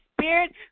Spirit